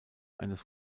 eines